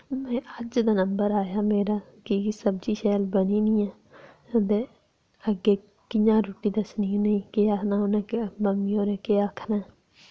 महां अज्ज ते नंबर आया मेरा की कि सब्जी शैल बनी निं ऐ ते अग्गें कि'यां रुट्टी दस्सनी उ'नें ई केह् आखना उ'नै केह् आखना मम्मी होरें केह् आखना